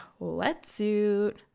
wetsuit